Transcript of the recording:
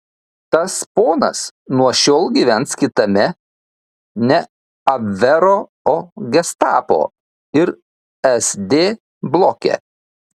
tas ponas nuo šiol gyvens kitame ne abvero o gestapo ir sd bloke